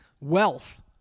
wealth